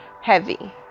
heavy